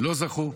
לא זכו.